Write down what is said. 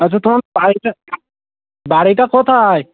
আচ্ছা তোমার বাড়িটা বাড়িটা কোথায়